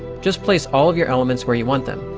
just place all of your elements where you want them,